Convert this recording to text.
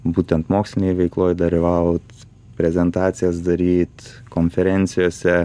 būtent mokslinėj veikloj dalyvaut prezentacijas daryt konferencijose